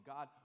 God